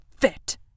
fit